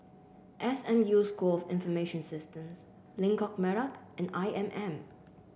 S M U School of Information Systems Lengkok Merak and I M M